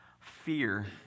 fear